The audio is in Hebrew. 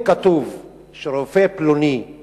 אם כתוב שרופא פלוני הוא